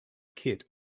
kit